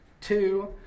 Two